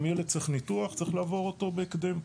הילד צריך ניתוח וצריך לעבור אותו בהקדם.